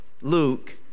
Luke